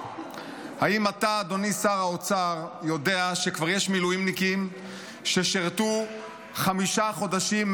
יודע שכבר יש מילואימניקים ששירתו חמישה חודשים,